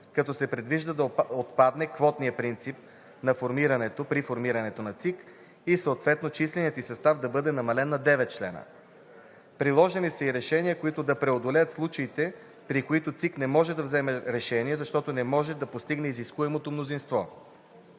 като се предвижда да отпадне квотният принцип при формирането на ЦИК и съответно численият ѝ състав да бъде намален на 9 члена. Предложени са и решения, които да преодолеят случаите, при които ЦИК не може да вземе решение, защото не може да постигне изискуемото мнозинство.